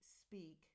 speak